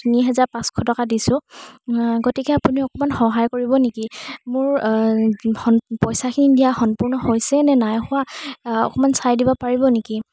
তিনি হাজাৰ পাঁচশ টকা দিছোঁ গতিকে আপুনি অকমান সহায় কৰিব নেকি মোৰ পইচাখিনি দিয়া সম্পূৰ্ণ হৈছেনে নাই হোৱা অকমান চাই দিব পাৰিব নেকি